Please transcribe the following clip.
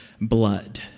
blood